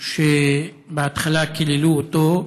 שבהתחלה קיללו אותו,